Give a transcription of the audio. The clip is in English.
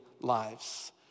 lives